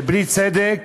ובלי צדק